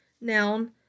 noun